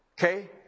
Okay